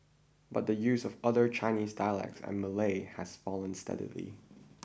but the use of other Chinese dialects and Malay has fallen steadily